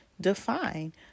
define